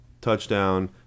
touchdown